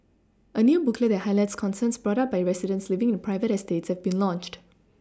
a new booklet that highlights concerns brought up by residents living in private eStates has been launched